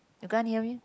you can't hear me